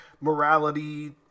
morality